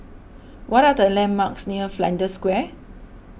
what are the landmarks near Flanders Square